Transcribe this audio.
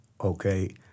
okay